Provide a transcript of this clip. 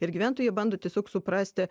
ir gyventojai jie bando tiesiog suprasti